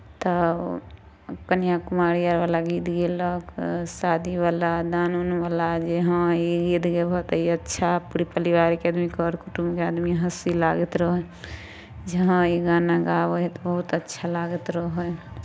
तऽ कनिआँ कुमारिअरवला गीत गैलक शादीवला दान उनवला जे हँ ई गीत गयबह तऽ ई अच्छा पूरा परिवारके आदमी कर कुटुम्बके आदमी हँसी लागैत रहल जे हँ ई गाना गाबै हइ तऽ बहुत अच्छा लागैत रहै